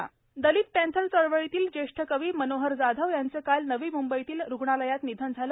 मनोहर जाधव निधन दलित पँथर चळवळीतील ज्येष्ठ कवी मनोहर जाधव यांचं काल नवी मंंबईतील रुग्णालयात निधन झालं